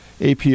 AP